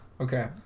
Okay